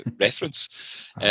reference